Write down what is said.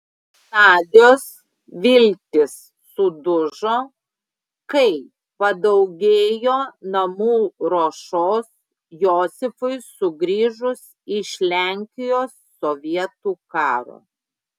nadios viltys sudužo kai padaugėjo namų ruošos josifui sugrįžus iš lenkijos sovietų karo